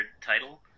title